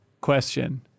question